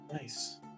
Nice